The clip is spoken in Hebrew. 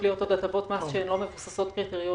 להיות עוד הטבות מס שהן לא מבוססות קריטריונים,